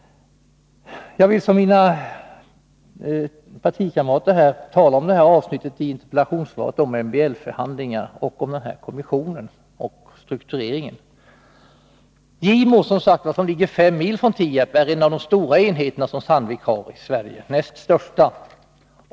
När det gäller det här interpellationssvaret vill jag liksom mina partikamrater tala om MBL-förhandlingarna, kommissionen och struktureringen. Gimo-fabriken, 5 mil från Tierp, är en av Sandviks stora enheter i Sverige — den näst största.